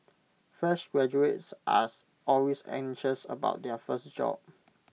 fresh graduates are always anxious about their first job